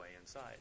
inside